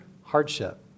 hardship